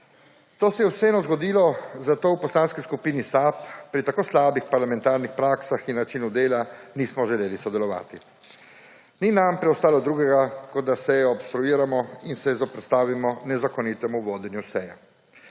To se je vseeno zgodilo, zato v Poslanski skupini SAB pri tako slabih parlamentarnih praksah in načinu dela nismo želeli sodelovati. Ni nam preostalo drugega kot da sejo obstruiramo in se zoperstavimo nezakonitemu vodenju seje.